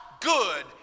good